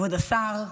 כבוד השר,